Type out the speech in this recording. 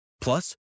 Plus